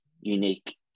unique